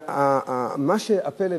והפלא,